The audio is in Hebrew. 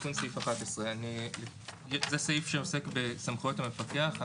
תיקון סעיף 11. זה סעיף שעוסק בסמכויות המפקח.